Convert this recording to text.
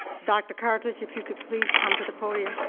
dr. cartlidge, if you could please come to the podium.